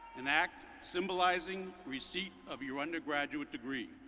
an act symbolizing receipt of your under graduate degree.